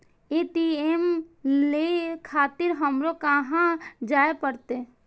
ATM ले खातिर हमरो कहाँ जाए परतें?